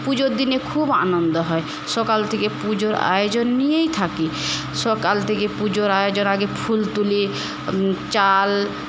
পুজোর দিনে খুব আনন্দ হয় সকাল থেকে পুজোর আয়োজন নিয়েই থাকি সকাল থেকে পুজোর আয়োজন আগে ফুল তুলি চাল